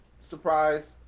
surprise